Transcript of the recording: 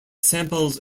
samples